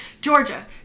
Georgia